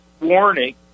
warning